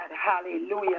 Hallelujah